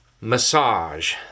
massage